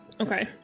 Okay